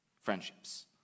friendships